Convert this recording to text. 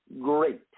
great